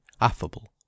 affable